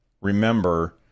remember